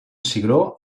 cigró